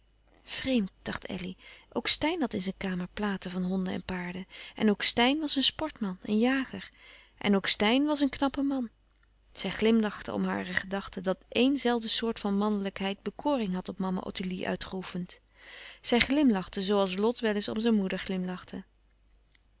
vreemd dacht elly ook steyn had in zijn kamer platen van honden en paarden en ook steyn was een sportman een jager en ook steyn was een knappe man zij glimlachte om hare gedachte dat éen zelfde soort van mannelijkheid bekoring had op mama ottilie uitgeoefend zij glimlachte zoo als lot wel eens om zijn moeder glimlachte